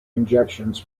injections